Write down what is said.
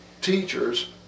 teachers